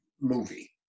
movie